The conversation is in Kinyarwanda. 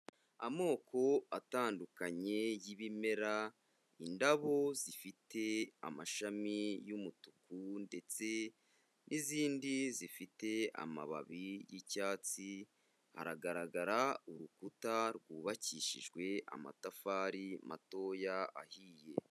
Amoko atandukanye y'ibimera, indabo zifite amashami y'umutuku, ndetse n'izindi zifite amababi y'icyatsi, haragaragara urukuta rwubakishijwe amatafari matoya ahiye.